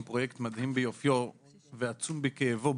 אנחנו מחזיקים פרויקט מדהים ביופיו ועצום בכאבו,